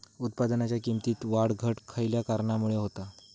उत्पादनाच्या किमतीत वाढ घट खयल्या कारणामुळे होता?